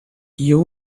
you